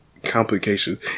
Complications